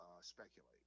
speculate